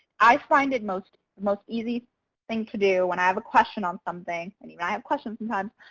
i find it most most easy thing to do when i have a question on something, and even i have questions sometimes,